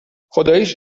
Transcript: خداییش